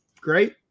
great